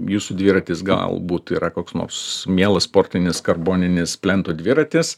jūsų dviratis galbūt yra koks nors mielas sportinis karboninis plento dviratis